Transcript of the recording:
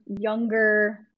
younger